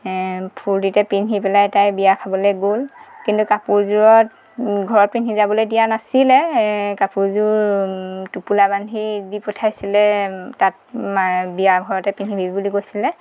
ফূৰ্তিতে পিন্ধি পেলাই তাই বিয়া খাবলৈ গ'ল কিন্তু কাপোৰযোৰত ঘৰত পিন্ধি যাবলৈ দিয়া নাছিলে এ কাপোৰযোৰ টোপোলা বান্ধি দি পঠাইছিলে তাত মা বিয়া ঘৰতে পিন্ধিবি বুলি কৈছিলে